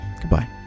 Goodbye